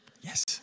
Yes